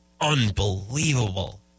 unbelievable